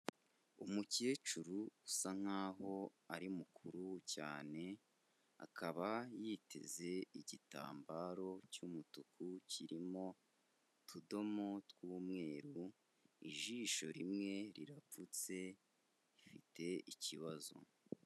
Umukecuru usa nkaho ari mukuru cyane, akaba yiteze igitambaro cy'umutuku kirimo utudomo tw'umweru, ijisho rimwe rirapfutse, rifite ikibazo.